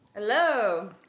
Hello